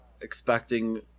expecting